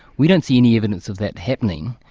we don't see any evidence of that happening.